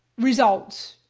results,